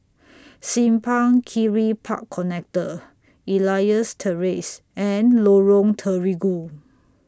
Simpang Kiri Park Connector Elias Terrace and Lorong Terigu